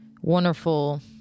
wonderful